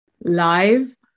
live